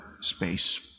space